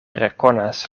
rekonas